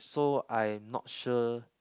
so I not sure